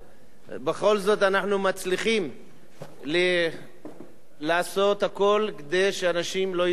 בכל זאת אנחנו מצליחים לעשות הכול כדי שאנשים לא ייפגעו.